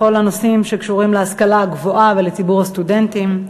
בכל הנושאים שקשורים להשכלה הגבוהה ולציבור הסטודנטים.